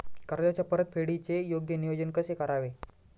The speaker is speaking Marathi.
कर्जाच्या परतफेडीचे योग्य नियोजन कसे करावे?